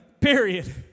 period